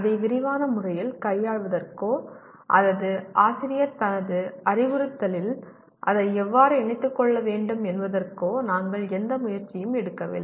அதை விரிவான முறையில் கையாள்வதற்கோ அல்லது ஆசிரியர் தனது அறிவுறுத்தலில் அதை எவ்வாறு இணைத்துக்கொள்ள வேண்டும் என்பதற்கோ நாங்கள் எந்த முயற்சியும் எடுக்கவில்லை